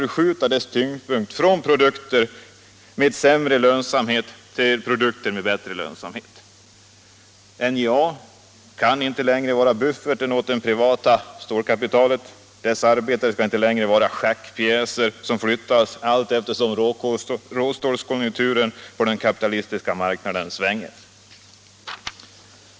Dess arbetare skall inte längre vara schackpjäser, som flyttas allteftersom råstålskonjunkturen på den kapitalistiska marknaden svänger.